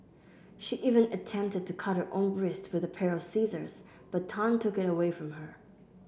she even attempted to cut her own wrists with a pair of scissors but Tan took it away from her